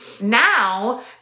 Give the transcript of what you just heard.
Now